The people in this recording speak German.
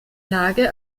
lage